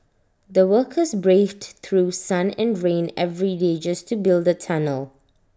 the workers braved through sun and rain every day just to build the tunnel